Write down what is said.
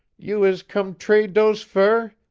you is come trade dose fur?